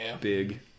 big